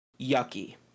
Yucky